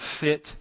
fit